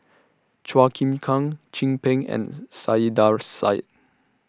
Chua Chim Kang Chin Peng and Saiedah Said